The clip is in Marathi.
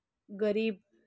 गरीब